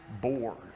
bored